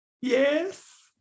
Yes